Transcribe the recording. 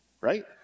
right